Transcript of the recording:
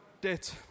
debt